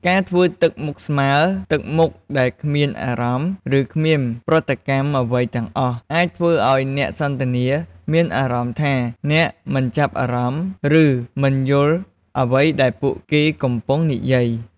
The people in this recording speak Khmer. ការធ្វើមុខស្មើ ទឹកមុខដែលគ្មានអារម្មណ៍ ឬគ្មានប្រតិកម្មអ្វីទាំងអស់ អាចធ្វើឲ្យអ្នកសន្ទនាមានអារម្មណ៍ថាអ្នកមិនចាប់អារម្មណ៍ ឬមិនយល់អ្វីដែលពួកគេកំពុងនិយាយ។